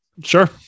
Sure